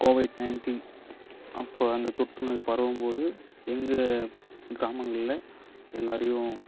Covid ninety அப்போ அந்த தொற்றுநோய் பரவும்போது எங்க கிராமங்களில் எல்லோரையும்